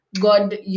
God